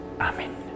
Amen